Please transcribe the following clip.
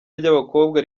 ry’abakobwa